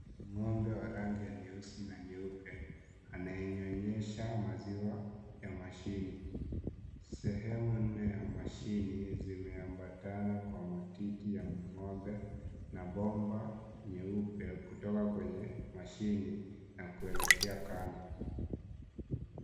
Ngombe wa rangi ya nyeusi na nyeupe anayenyonyesha maziwa ya mashini, seemu nne ya mashini zimeambatana kwa matiti ya ngombe na bomba nyeupe kutoka kwa mashini na kuelekea kando.